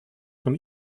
von